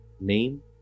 name